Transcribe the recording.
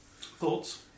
Thoughts